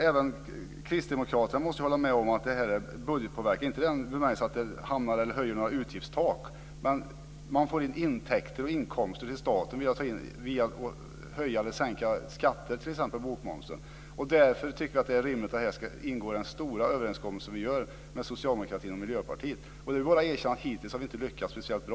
Även Kristdemokraterna måste hålla med om att budgeten påverkas, men inte i den bemärkelsen att några utgiftstak höjs utan att det blir intäkter och inkomster till staten genom att höja eller sänka skatter, t.ex. bokmomsen. Därför är det rimligt att detta ska ingå i den stora överenskommelse vi gör med Socialdemokraterna och Miljöpartiet. Det är bara att erkänna att vi hittills inte har lyckats speciellt bra.